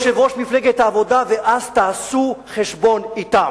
או ליושב-ראש מפלגת העבודה, ואז תעשו חשבון אתם,